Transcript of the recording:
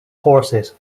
horses